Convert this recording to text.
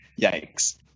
yikes